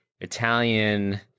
italian